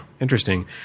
interesting